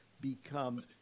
Become